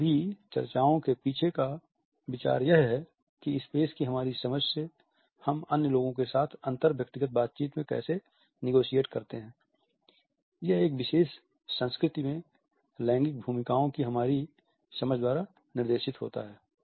इन सभी चर्चाओं के पीछे का विचार यह है कि स्पेस की हमारी समझ से हम अन्य लोगों के साथ अंतर व्यक्तिगत बातचीत में कैसे निगोशिएट करते हैं यह एक विशेष संस्कृति में लैंगिक भूमिकाओं की हमारी समझ द्वारा निर्देशित होता है